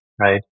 right